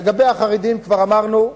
לגבי החרדים כבר אמרנו,